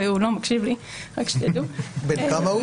בן כמה הוא